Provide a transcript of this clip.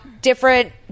different